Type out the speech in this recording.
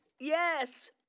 Yes